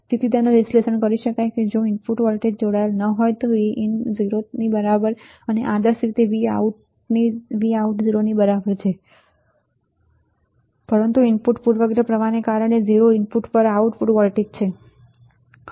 તેથી તેનું વિશ્લેષણ કરી શકાય છે કે જો ઇનપુટ જોડાયેલ ન હોય તો Vin 0 ની બરાબર અને આદર્શ રીતે Vout 0 ની બરાબર છે પરંતુ ઇનપુટ પૂર્વગ્રહ પ્રવાહ કારણે 0 ઇનપુટ પર પણ આઉટપુટ વોલ્ટેજ છે